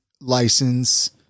license